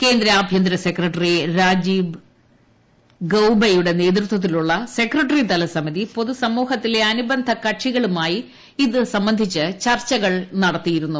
കേന്ദ്ര ആഭ്യന്തര സെക്രട്ടറി രാജീവ് ഗൌബയുടെ നേതൃത്വത്തിലുള്ള സെക്രട്ടറിതല സമിതി പൊതു സമൂഹത്തിലെ അനുബന്ധ കക്ഷികളുമായി ഇതു സംബന്ധിച്ച് ചർച്ചകൾ നടത്തിയിരുന്നു